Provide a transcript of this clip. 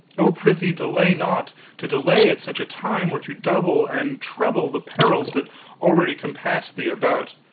oh, prithee delay not to delay at such a time were to double and treble the perils that already compass thee about.